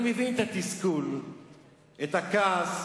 אני מבין את התסכול ואת הכעס